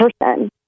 person